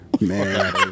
man